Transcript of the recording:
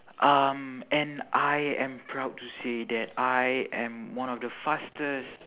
um and I am proud to say that I am one of the fastest